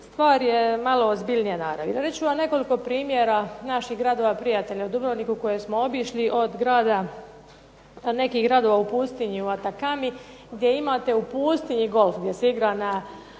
stvar je malo ozbiljnije naravi. Navest ću vam nekoliko primjera naših gradova prijatelja u Dubrovniku koje smo obišli, od nekih gradova u pustinji u Atacami gdje imate u pustinji golf, gdje se igra na